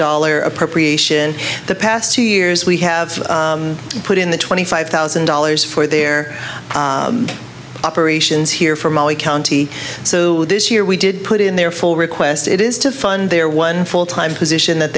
dollar appropriation the past two years we have put in the twenty five thousand dollars for their operations here from our county so this year we did put in their full request it is to fund their one full time position that